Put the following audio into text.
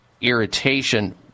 irritation